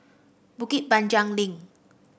Bukit Panjang Link